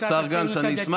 תודה רבה לכם.